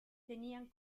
tenían